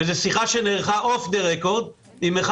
וזו שיחה שנערכה אוף דה רקורד עם אחד